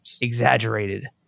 exaggerated